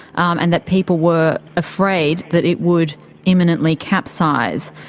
um and that people were afraid that it would imminently capsize.